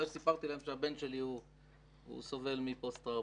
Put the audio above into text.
אחרי שסיפרתי להם שהבן שלי סובל מפוסט טראומה.